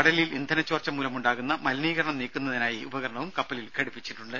കടലിൽ ഇന്ധന ചോർച്ച മൂലമുണ്ടാകുന്ന മലിനീകരണം നീക്കുന്നതിനായി ഉപകരണവും കപ്പലിൽ ഘടിപ്പിച്ചിട്ടുണ്ട്